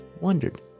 wondered